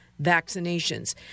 vaccinations